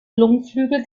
lungenflügel